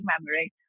memory